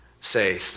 say